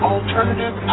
Alternative